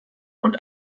und